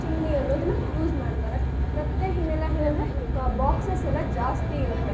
chimney ಅನ್ನೋದನ್ನು use ಮಾಡ್ತಾರೆ ಮತ್ತು ಇನ್ನೆಲ್ಲ ಏನಂದ್ರೆ ಬಾಕ್ಸಸ್ಸೆಲ್ಲ ಜಾಸ್ತಿ ಇರುತ್ತೆ